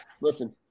listen